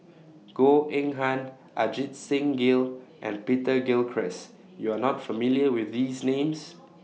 Goh Eng Han Ajit Singh Gill and Peter Gilchrist YOU Are not familiar with These Names